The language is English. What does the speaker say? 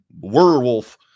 werewolf